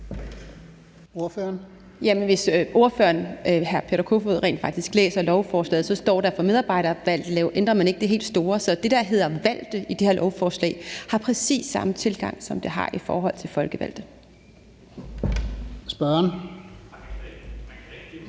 Hvis ordføreren, hr. Peter Kofod, rent faktisk læser lovforslaget, står der, at for medarbejdervalgte ændrer man ikke det helt store. Så for det, der hedder »valgte« i det her lovforslag, er der præcis samme tilgang, som der er i forhold til folkevalgte. Kl.